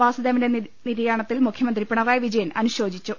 വാസുദേവന്റെ നിര്യാണത്തിൽ മുഖ്യമന്ത്രി പിണറായി വിജയൻ അനുശോചിച്ചു